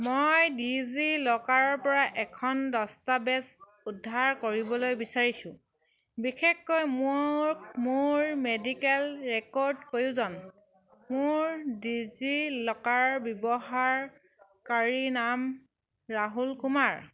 মই ডিজি লকাৰৰ পৰা এখন দস্তাবেজ উদ্ধাৰ কৰিবলৈ বিচাৰিছোঁ বিশেষকৈ মোৰ মোৰ মেডিকেল ৰেকৰ্ড প্ৰয়োজন মোৰ ডিজি লকাৰ ব্যৱহাৰকাৰীৰ নাম ৰাহুল কুমাৰ